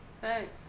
Thanks